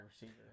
receiver